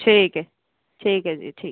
ठीक ऐ ठीक ऐ जी ठीक ऐ